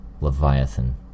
Leviathan